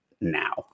now